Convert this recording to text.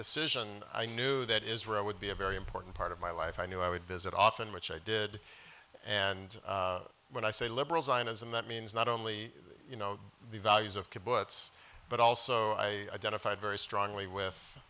decision i knew that israel would be a very important part of my life i knew i would visit often which i did and when i say liberal zionism that means not only you know the values of kibbutz but also i identified very strongly with